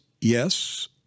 yes